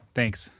Thanks